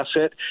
asset